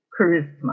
charisma